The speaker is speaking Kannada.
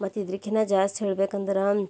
ಮತ್ ಇದ್ರಕಿನ್ನ ಜಾಸ್ತಿ ಹೇಳ್ಬೇಕಂದರೆ